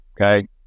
okay